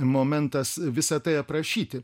momentas visa tai aprašyti